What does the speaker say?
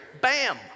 Bam